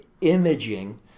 imaging